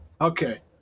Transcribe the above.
Okay